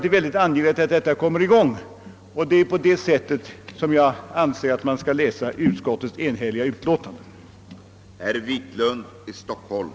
Det är angeläget att detta samarbete kommer i gång, och det är på detta sätt jag anser att utskottets enhälliga utlåtande skall läsas.